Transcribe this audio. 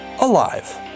alive